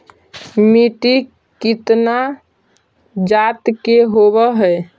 मिट्टी कितना जात के होब हय?